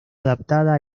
adaptada